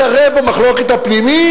זה לא מתערב במחלוקת הפנימית?